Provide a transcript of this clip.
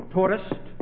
Tourist